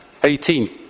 18